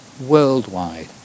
worldwide